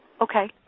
okay